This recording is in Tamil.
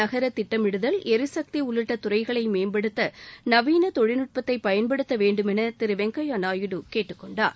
நகர திட்டமிடுதல் எரிசக்தி உள்ளிட்ட துறைகளை மேம்படுத்த நவீன தொழில்நுட்பத்தை பயன்படுத்த வேண்டுமென திரு வெங்கைய நாயுடு கேட்டுக்கொண்டார்